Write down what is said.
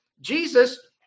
Jesus